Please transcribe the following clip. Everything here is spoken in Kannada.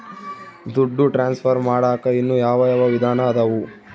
ದುಡ್ಡು ಟ್ರಾನ್ಸ್ಫರ್ ಮಾಡಾಕ ಇನ್ನೂ ಯಾವ ಯಾವ ವಿಧಾನ ಅದವು?